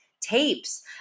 tapes